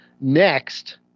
next